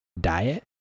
diet